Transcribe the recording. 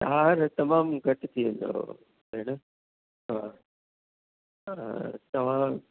चारि तमामु घटि थी वेंदव भेण हा तव्हां